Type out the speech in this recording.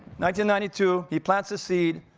ninety ninety two, he plants the seed.